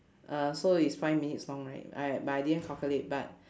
uh so it's five minutes long right I but I didn't calculate but